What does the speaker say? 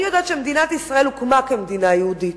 אני יודעת שמדינת ישראל הוקמה כמדינה יהודית,